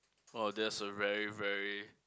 oh that's a very very